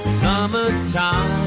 summertime